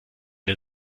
der